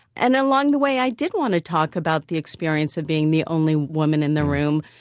and along the way i did want to talk about the experience of being the only woman in the room,